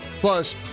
Plus